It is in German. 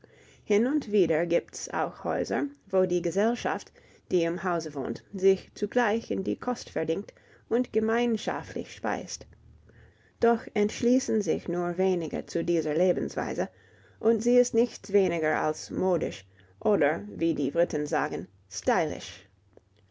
hin und wieder gibt's auch häuser wo die gesellschaft die im hause wohnt sich zugleich in die kost verdingt und gemeinschaftlich speist doch entschließen sich nur wenige zu dieser lebensweise und sie ist nichts weniger als modisch oder wie die briten sagen